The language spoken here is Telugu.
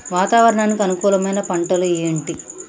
వాతావరణానికి అనుకూలమైన పంటలు ఏంటి?